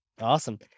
Awesome